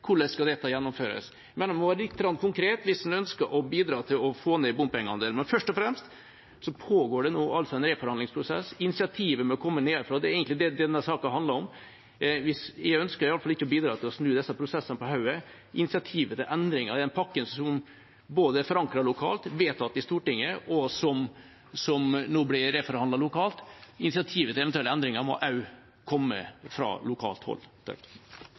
Hvordan skal dette gjennomføres? Jeg mener en må være lite grann konkret hvis en ønsker å bidra til å få ned bompengeandelen. Først og fremst pågår det nå en reforhandlingsprosess. Initiativet må komme nedenfra. Det er egentlig det denne saken handler om. Jeg ønsker iallfall ikke å bidra til å snu disse prosessene på hodet. Initiativet til eventuelle endringer i den pakken som både er forankret lokalt, er vedtatt i Stortinget og nå blir reforhandlet lokalt, må komme fra lokalt hold. Senterpartiet har i dag fått kritikk fra